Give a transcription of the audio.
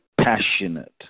passionate